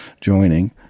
joining